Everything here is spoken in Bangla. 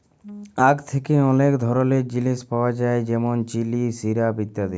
আখ থ্যাকে অলেক ধরলের জিলিস পাওয়া যায় যেমল চিলি, সিরাপ ইত্যাদি